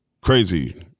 crazy